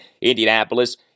Indianapolis